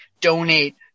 donate